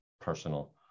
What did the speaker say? personal